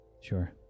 Sure